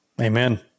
Amen